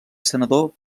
senador